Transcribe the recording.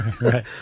Right